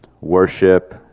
worship